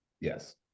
Yes